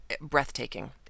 breathtaking